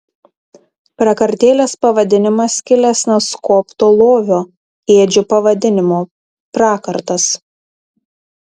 prakartėlės pavadinimas kilęs nuo skobto lovio ėdžių pavadinimo prakartas